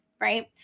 right